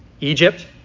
Egypt